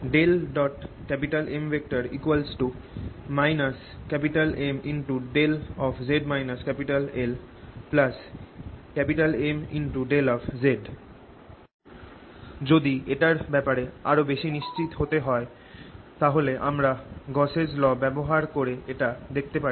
M Mδ Mδ যদি এটার ব্যাপারে আরও বেশি নিশ্চিত হতে চাও আমরা গাউসস ল Gausss law ব্যবহার করে এটা দেখাতে পারি